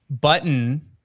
Button